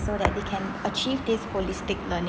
so that they can achieve this holistic learning